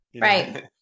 Right